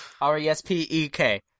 R-E-S-P-E-K